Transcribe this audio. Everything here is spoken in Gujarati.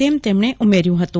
તેમ તેમણે ઉમેર્યું હતું